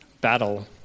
battle